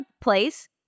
place